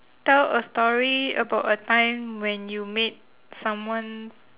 tell a story about a time when you made someone's